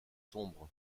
sombres